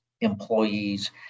employees